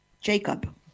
Jacob